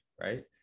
right